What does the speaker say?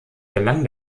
gelang